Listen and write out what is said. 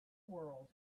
world